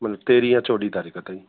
मतिलब तेरहीं या चोॾहीं तारीख़ ताईं